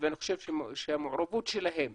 ואני חושב שהמעורבות שלהם